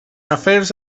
afers